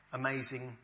amazing